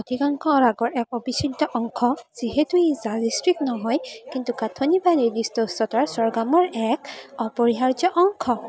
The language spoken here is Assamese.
অধিকাংশ ৰাগৰ এক অবিচ্ছেদ্য অংশ যিহেতু ই যাদৃচ্ছিক নহয় কিন্তু গাঁথনি বা নিৰ্দিষ্ট উচ্চতাৰ স্বৰগমৰ এক অপৰিহাৰ্য অংশ